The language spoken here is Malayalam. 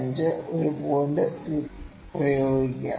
5 ഒരു പോയിന്റ് പ്രയോഗിക്കുക